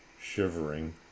shivering